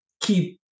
keep